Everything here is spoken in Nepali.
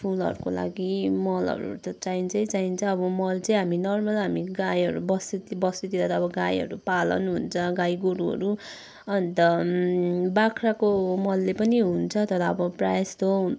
फुलहरूको लागि मलहरू त चाहिन्छै चाहिन्छ अब मल चाहिँ हामी नर्मल हामी गाईहरू बस्ती बस्तीतिर त अब गाईहरू पालन हुन्छ गाई गोरुहरू अन्त बाख्राको मलले पनि हुन्छ तर अब प्रायः जस्तो